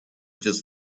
just